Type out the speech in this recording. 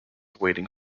waiting